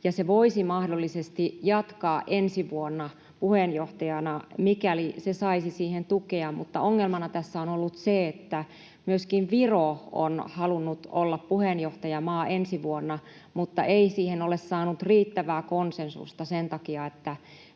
se voisi mahdollisesti jatkaa ensi vuonna puheenjohtajana, mikäli se saisi siihen tukea, mutta ongelmana tässä on ollut se, että myöskin Viro on halunnut olla puheenjohtajamaa ensi vuonna, mutta ei siihen ole saanut riittävää konsensusta sen takia, että